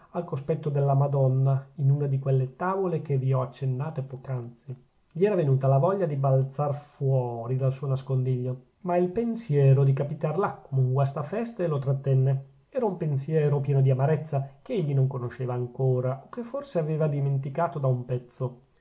al cospetto della madonna in una di quelle tavole che vi ho accennate poc'anzi gli era venuta la voglia di balzar fuori dal suo nascondiglio ma il pensiero di capitar là come un guastafeste lo trattenne era un pensiero pieno di amarezza che egli non conosceva ancora o che forse aveva dimenticato da un pezzo